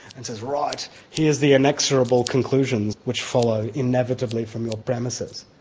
and says, right, here's the inexorable conclusions which follow inevitably from your premises.